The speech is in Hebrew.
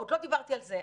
עוד לא דיברתי על זה.